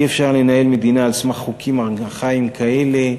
אי-אפשר לנהל מדינה על סמך חוקים ארכאיים כאלה,